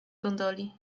gondoli